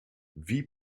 wie